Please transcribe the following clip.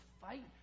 fight